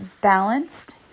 balanced